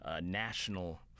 national –